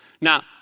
Now